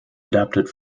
adapted